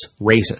racist